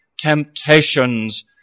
temptations